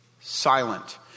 silent